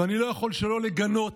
ואני לא יכול שלא לגנות